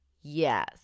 yes